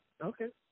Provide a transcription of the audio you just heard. Okay